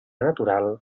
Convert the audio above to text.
natural